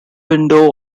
widow